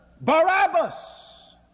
Barabbas